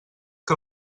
que